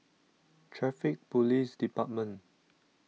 Traffic Police Department